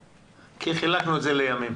חילקנו את זה לימים.